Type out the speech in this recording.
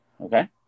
Okay